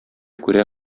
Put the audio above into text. күрә